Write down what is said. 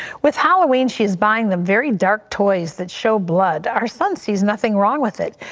with halloween she is buying them very dark toys that show blood. our son sees nothing wrong with it.